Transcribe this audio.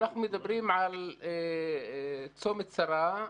אנחנו מדברים על צומת שרה,